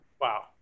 Wow